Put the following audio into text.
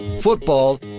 Football